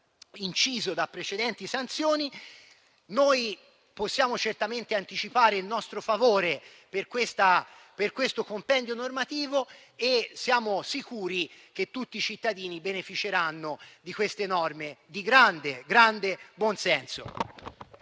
inciso da precedenti sanzioni. Possiamo certamente anticipare il nostro favore per questo compendio normativo e siamo sicuri che tutti i cittadini beneficeranno di queste norme di grande buonsenso.